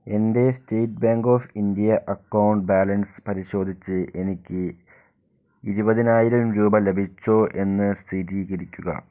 എൻ്റെ state bank of India account balance പരിശോധിച്ച് എനിക്ക് ഇരുപതിനായിരം രൂപ ലഭിച്ചോ എന്ന് സ്ഥിരീകരിക്കുക